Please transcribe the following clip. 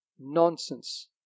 Nonsense